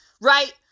Right